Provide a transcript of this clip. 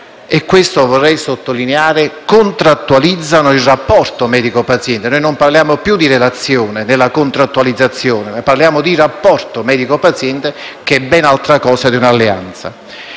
sé e - vorrei sottolineare - contrattualizzano il rapporto medico-paziente. Non parliamo più di relazione nella contrattualizzazione, ma di rapporto medico-paziente, che è ben altra cosa di un'alleanza.